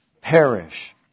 perish